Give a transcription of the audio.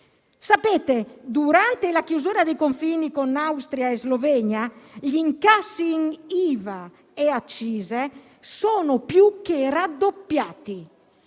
Sapete, durante la chiusura dei confini con Austria e Slovenia, gli incassi in IVA e accise sono più che raddoppiati: